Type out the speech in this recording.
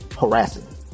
harassing